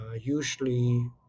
Usually